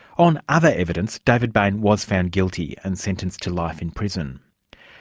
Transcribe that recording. on other evidence, david bain was found guilty, and sentenced to life in prison.